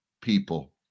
people